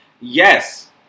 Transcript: Yes